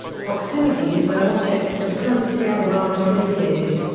proximity is where objects that are close together are associated.